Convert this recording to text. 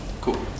Cool